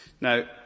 Now